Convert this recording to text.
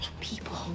people